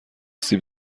سیب